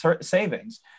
savings